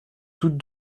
toutes